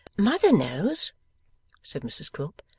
mother knows said mrs quilp,